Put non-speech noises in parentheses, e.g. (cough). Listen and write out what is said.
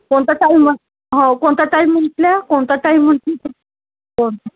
कोणता टाईम हो कोणता टाईम म्हण्टल्या कोणता टाईम म्ह (unintelligible) कोण